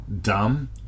dumb